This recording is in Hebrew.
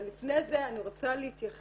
אבל לפני זה אני רוצה להתייחס